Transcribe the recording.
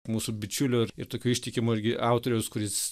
mūsų bičiulio ir ir tokio ištikimo irgi autoriaus kuris